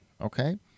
Okay